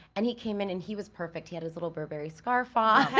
and he came in and he was perfect, he had his little burberry scarf on,